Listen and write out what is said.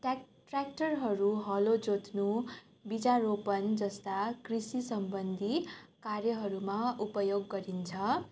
ट्य्राक ट्य्राक्टरहरू हलो जोत्नु बीजारोपण जस्ता कृषिसम्बन्धी कार्यहरूमा उपयोग गरिन्छ